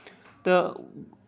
تہٕ